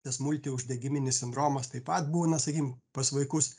tas multiuždegiminis sindromas taip pat būna sakim pas vaikus